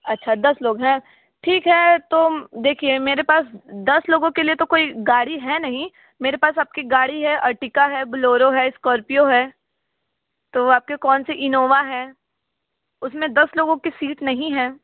अच्छा दस लोग हैं ठीक है तो देखिए मेरे पास दस लोगों के लिए तो कोई गाड़ी है नहीं मेरे पास आपकी गाड़ी है अर्टिका है बूलोरो है इस्कौर्पियो है तो वो आपके कौन से इनोवा है उस में दस लोगों कि सीट नहीं है